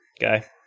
guy